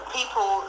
people